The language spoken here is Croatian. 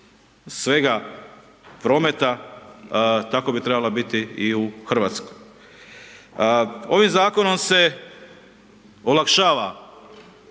svega prometa, tako bi trebala biti i u Hrvatskoj. Ovim zakonom se olakšava